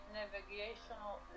navigational